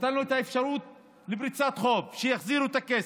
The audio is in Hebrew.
נתנו את האפשרות לפריסת חוב כשיחזירו את הכסף.